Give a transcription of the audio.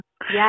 Yes